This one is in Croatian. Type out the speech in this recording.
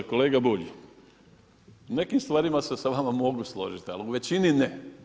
Kolega Bulj, u nekim stvarima se sa vama mogu složiti ali u većini ne.